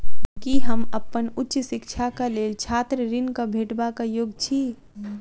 की हम अप्पन उच्च शिक्षाक लेल छात्र ऋणक भेटबाक योग्य छी?